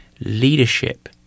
Leadership